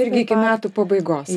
irgi iki metų pabaigos